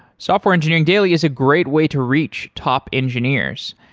software engineering daily is a great way to reach top engineers.